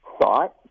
thought